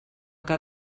que